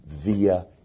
via